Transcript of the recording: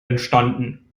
entstanden